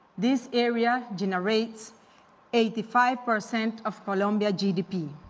this area generates eighty five percent of columbia gdp.